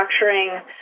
structuring